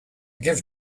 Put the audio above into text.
give